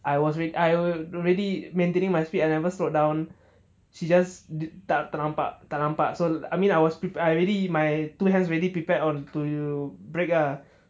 I was with I'm already maintaining my speed and never slowed down she just didn't tak ternampak tak nampak so I mean I was I already my two hands really prepared on to you break ah